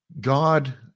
God